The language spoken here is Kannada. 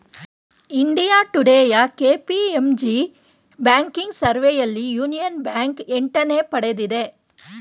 ಇಂಡಿಯಾ ಟುಡೇಯ ಕೆ.ಪಿ.ಎಂ.ಜಿ ಬ್ಯಾಂಕಿಂಗ್ ಸರ್ವೆಯಲ್ಲಿ ಯೂನಿಯನ್ ಬ್ಯಾಂಕ್ ಎಂಟನೇ ಪಡೆದಿದೆ